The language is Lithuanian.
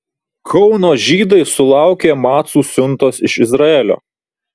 kauno žydai sulaukė macų siuntos iš izraelio